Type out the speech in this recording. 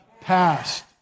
past